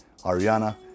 Ariana